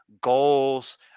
goals